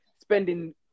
spending